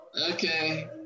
Okay